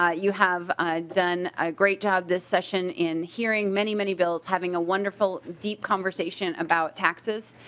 ah you have done a great job this session in hearing many many bills having a wonderful deep conversation about taxes.